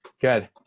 Good